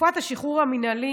תקופות השחרור המינהלי